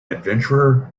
adventurer